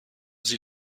sie